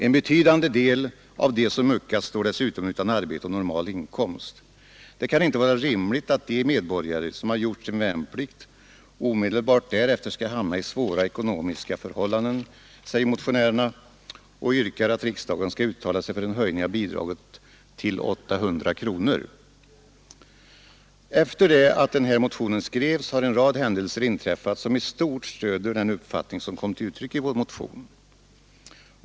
En betydande del av dem som muckat står dessutom utan arbete och normal inkomst. Det kan inte vara rimligt att de medborgare som har gjort sin värnplikt omedelbart därefter skall hamna i svåra ekonomiska förhållanden, säger vi motionärer och yrkar att riksdagen skall uttala sig för en höjning av bidraget till 800 kronor. Efter det att motionen skrevs har en rad händelser inträffat som i stort Nr 76 stöder den uppfattning som kom till uttryck i vår motion.